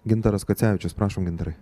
gintaras kacevičius prašom gintarai